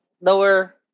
lower